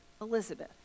Elizabeth